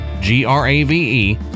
G-R-A-V-E